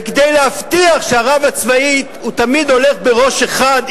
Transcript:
וכדי להבטיח שהרב הצבאי הוא תמיד הולך בראש אחד,